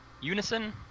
Unison